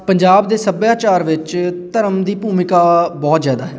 ਪੰਜਾਬ ਦੇ ਸੱਭਿਆਚਾਰ ਵਿੱਚ ਧਰਮ ਦੀ ਭੂਮਿਕਾ ਬਹੁਤ ਜ਼ਿਆਦਾ ਹੈ